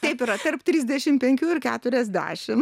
taip yra tarp trisdešim penkių ir keturiasdešim